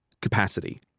capacity